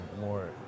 more